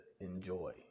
enjoy